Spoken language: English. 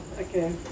okay